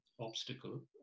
obstacle